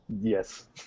Yes